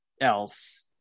else